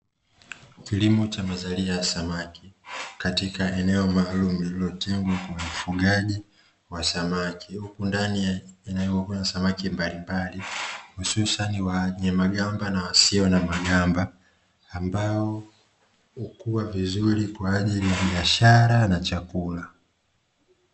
Kilimo cha mazalia katika eneo maaalum la ufugaji wa samaki huku ndani yanayokula samaki mbalimbali, hususani wa nyamagabe na wasio na magamba ambao kuwa vizuri kwa ajili ya biashara na chakula.